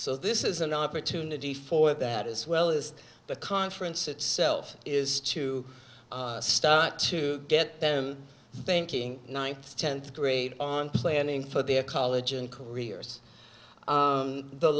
so this is an opportunity for that as well as the conference itself is to start to get them thinking ninth tenth grade on planning for their college and careers